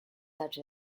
such